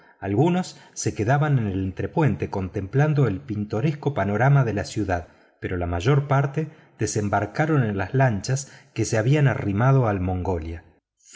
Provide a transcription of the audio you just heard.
algunos se quedaron en el entrepuente contemplando el pintoresco panorama de la ciudad pero la mayor parte desembarcaron en las lanchas que se habían arrimado al mongolia